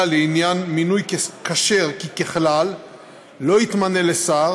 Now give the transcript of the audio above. לעניין מינוי שר כי ככלל "לא יתמנה לשר